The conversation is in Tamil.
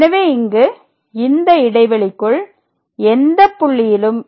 எனவே இங்கு இந்த இடைவெளிக்குள் எந்தப் புள்ளியிலும் f' ≠ 0